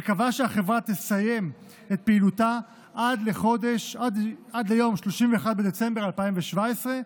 וקבע שהחברה תסיים את פעילותה עד ליום 31 בדצמבר 2017,